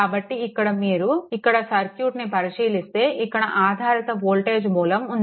కాబట్టి ఇక్కడ మీరు ఇక్కడ సర్క్యూట్ని పరిశీలిస్తే ఇక్కడ ఆధారిత వోల్టేజ్ మూలం ఉంది